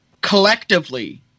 collectively